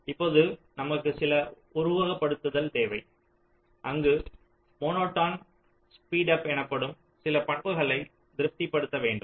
இப்போது நமக்கு சில உருவகப்படுத்துதல் தேவை அங்கு மோனோடோன் ஸ்பீடப் எனப்படும் சில பண்புகளை திருப்த்தி படுத்த வேண்டும்